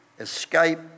Escape